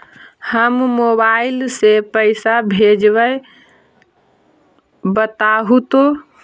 हम मोबाईल से पईसा भेजबई बताहु तो?